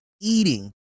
eating